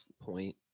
point